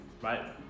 right